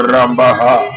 Rambaha